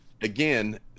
again